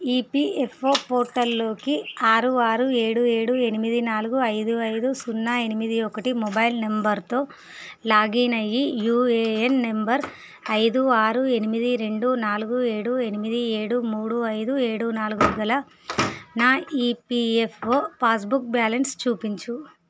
EPFO పోర్టల్లోకి ఆరు ఆరు ఏడు ఏడు ఎనిమిది నాలుగు ఐదు ఐదు సున్నా ఎనిమిది ఒకటి మొబైల్ నంబర్తో లాగిన్ అయ్యి యుఏఎన్ నంబరు ఐదు ఆరు ఎనిమిది రెండు నాలుగు ఏడు ఎనిమిది ఏడు మూడు ఐదు ఏడు నాలుగు గల నా ఈపిఎఫ్ఓ పాస్బుక్ బ్యాలన్స్ చూపించు